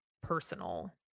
personal